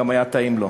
גם היה טעים לו.